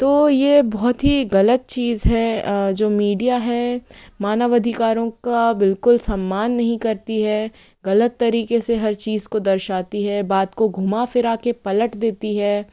तो ये बहुत ही ग़लत चीज़ है जो मीडिया है मानवअधिकारों का बिल्कुल सम्मान नहीं करती है ग़लत तरीक़े से हर चीज़ को दर्शाती है बात को घूमा फिरा के पलट देती है